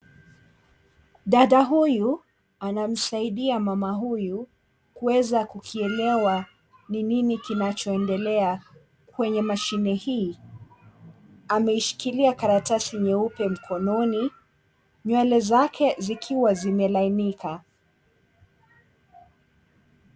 Dada huyu anamsaidia mama huyu kuweza kukielewa ni nini kinachoendelea kwenye mashini hii. Ameshikilia karatasi nyeupe mkononi nywele zake zikiwa zimelainika.